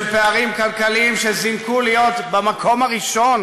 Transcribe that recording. של פערים כלכליים שזינקו להיות במקום הראשון